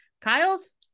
Kyle's